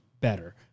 better